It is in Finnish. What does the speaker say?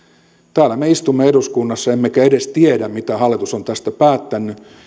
täällä me istumme eduskunnassa emmekä edes tiedä mitä hallitus on tästä päättänyt